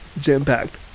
jam-packed